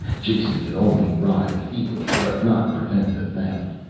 jason could only writhe feebly but not prevent the theft,